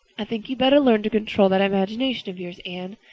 i think you'd better learn to control that imagination of yours, anne,